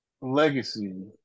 legacy